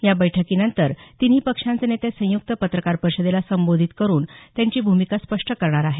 या बैठकीनंतर तिन्ही पक्षांचे नेते संयुक्त पत्रकार परिषदेला संबोधित करून त्यांची भूमिका स्पष्ट करणार आहेत